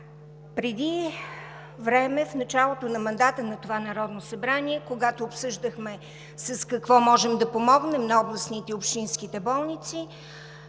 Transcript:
Преди време, в началото на мандата на това Народно събрание, когато обсъждахме с какво можем да помогнем на областните и общинските болници,